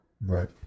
Right